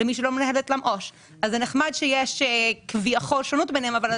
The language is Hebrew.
בנתונים שהוצגו לא